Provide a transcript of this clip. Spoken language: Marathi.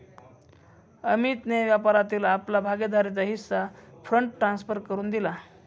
अमितने व्यापारातील आपला भागीदारीचा हिस्सा फंड ट्रांसफर करुन दिला